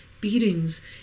beatings